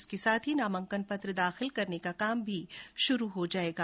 इसके साथ ही नामांकन पत्र दाखिल करने का काम भी शुरू हो जायेगा